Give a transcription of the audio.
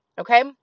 Okay